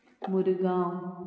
Murgaon